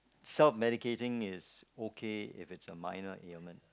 self medicating is okay if it's a minor ailment